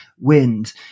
wind